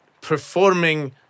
Performing